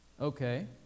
Okay